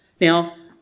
Now